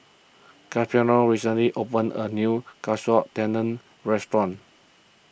Casimiro recently opened a new Katsu Tendon restaurant